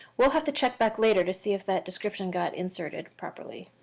we'll have to check back later to see if that description got inserted properly.